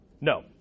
No